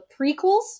prequels